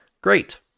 Great